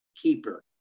keeper